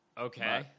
Okay